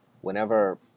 whenever